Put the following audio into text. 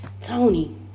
Tony